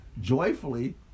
joyfully